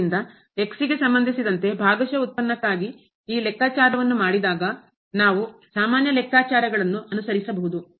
ಆದ್ದರಿಂದ ಗೆ ಸಂಬಂಧಿಸಿದಂತೆ ಭಾಗಶಃ ಉತ್ಪನ್ನಕ್ಕಾಗಿ ಈ ಲೆಕ್ಕಾಚಾರವನ್ನು ಮಾಡಿದಾಗ ನಾವು ಸಾಮಾನ್ಯ ಲೆಕ್ಕಾಚಾರಗಳನ್ನು ಅನುಸರಿಸಬಹುದು